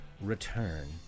return